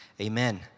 amen